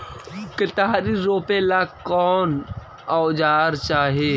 केतारी रोपेला कौन औजर चाही?